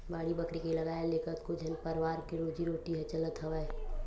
बाड़ी बखरी के लगाए ले कतको झन परवार के रोजी रोटी ह चलत हवय